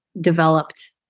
developed